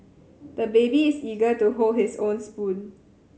the baby is eager to hold his own spoon